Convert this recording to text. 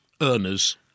earners